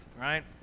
right